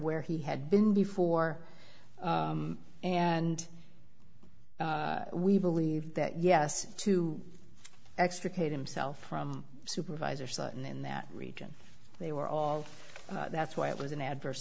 where he had been before and we believe that yes to extricate himself from supervisor sutton in that region they were all that's why it was an adverse